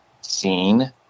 scene